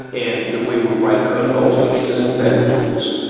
and the way we write code also gives us better tools.